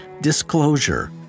Disclosure